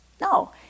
No